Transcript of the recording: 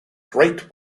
great